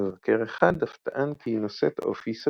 מבקר אחד אף טען כי היא נושאת אופי "סאטירי".